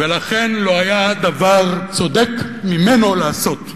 ולכן, לא היה דבר צודק ממנו לעשות,